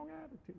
attitude